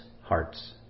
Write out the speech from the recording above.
heart's